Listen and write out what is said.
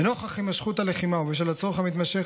לנוכח הימשכות הלחימה ובשל הצורך המתמשך